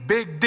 Big